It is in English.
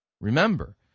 remember